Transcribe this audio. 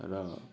र